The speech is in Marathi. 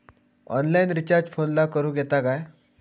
ऑनलाइन रिचार्ज फोनला करूक येता काय?